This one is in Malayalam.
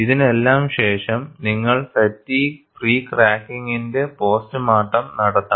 ഇതിനെല്ലാം ശേഷം നിങ്ങൾ ഫാറ്റീഗ്ഗ് പ്രീ ക്രാക്കിന്റെ പോസ്റ്റ്മോർട്ടം നടത്തണം